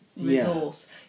resource